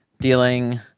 Dealing